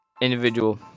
individual